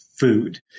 food